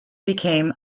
became